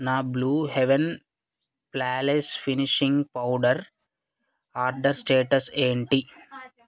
నా Blue Heaven flawless finishing powder order status ఏంటి